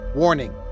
Warning